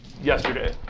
yesterday